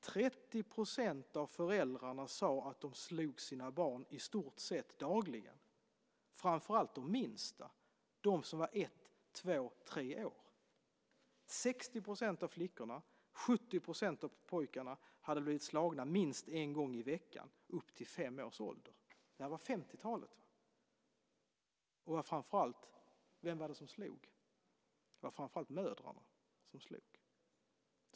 30 % av föräldrarna sade att de slog sina barn i stort sett dagligen, framför allt de minsta, de som var ett, två och tre år. 60 % av flickorna och 70 % av pojkarna hade blivit slagna minst en gång i veckan upp till fem års ålder. Det här var på 50-talet. Och vem var det som slog? Det var framför allt mödrar som slog.